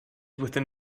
within